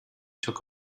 took